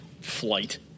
flight